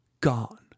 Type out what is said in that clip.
Gone